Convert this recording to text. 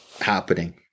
happening